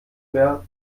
mehr